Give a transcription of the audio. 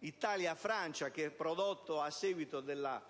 Italia e Francia, che è prodotto a seguito del